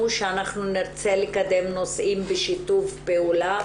שאנחנו נרצה לקדם נושאים בשיתוף פעולה